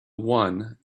one